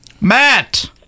matt